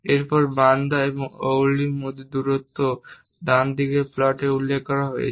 এবং বান্দ্রা এবং ওরলির মধ্যে দূরত্বও ডানদিকের প্লটে উল্লেখ করা হয়েছে